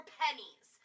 pennies